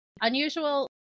Unusual